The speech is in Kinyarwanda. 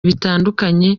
bitandukanye